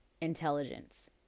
intelligence